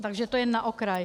Takže to jen na okraj.